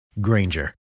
Granger